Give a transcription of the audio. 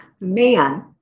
man